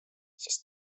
sest